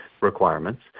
requirements